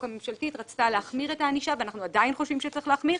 הממשלתית רצתה להחמיר את הענישה ואנחנו עדיין חושבים שצריך להחמיר.